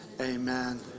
Amen